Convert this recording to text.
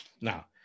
Now